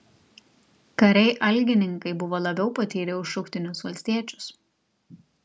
kariai algininkai buvo labiau patyrę už šauktinius valstiečius